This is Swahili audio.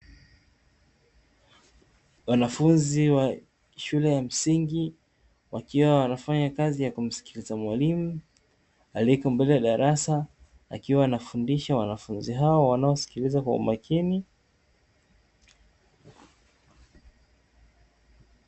Wanafunzi wa shule ya msingi wakiwa wanafanya kazi ya kumsikiliza mwalimu aliyeko mbele ya darasa, akiwa anafundisha wanafunzi hao wanaosikiliza kwa makini.